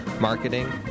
marketing